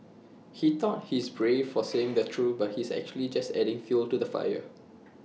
he thought he's brave for saying the truth but he's actually just adding fuel to the fire